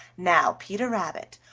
now, peter rabbit,